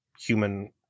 human